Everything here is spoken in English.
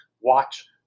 watch